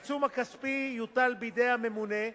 העיצום הכספי יוטל בידי הממונה,